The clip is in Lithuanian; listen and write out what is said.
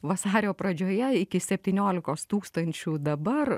vasario pradžioje iki septyniolikos tūkstančių dabar